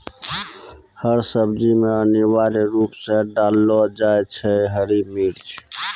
हर सब्जी मॅ अनिवार्य रूप सॅ डाललो जाय छै हरी मिर्च